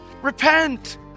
Repent